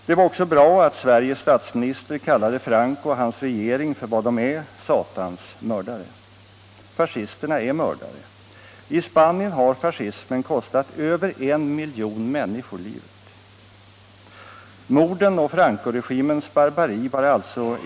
Den aktuella strejkrörelsen visar att kampten utvecklas på bred front.